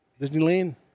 Disneyland